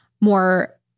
more